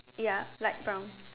ya light brown